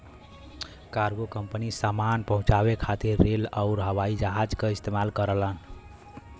cargo company सामान पहुंचाये खातिर रेल आउर हवाई जहाज क इस्तेमाल करलन